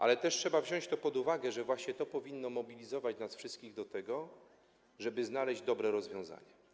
Ale trzeba też wziąć pod uwagę, że właśnie to powinno mobilizować nas wszystkich do tego, żeby znaleźć dobre rozwiązanie.